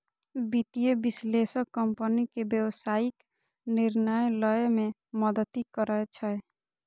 वित्तीय विश्लेषक कंपनी के व्यावसायिक निर्णय लए मे मदति करै छै